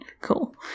Cool